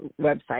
website